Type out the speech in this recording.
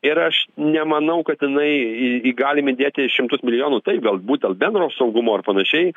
ir aš nemanau kad jinai galim įdėti šimtus milijonų tai galbūt dėl bendro saugumo ir panašiai